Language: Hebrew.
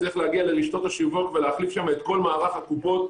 צריך להגיע לרשתות השיווק ולהחליף שם את כל מערך הקופות,